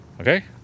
Okay